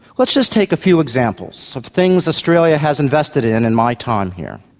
let's just take a few examples of things australia has invested in in my time here.